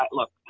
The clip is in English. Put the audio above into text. look